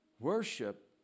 Worship